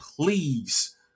please